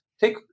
take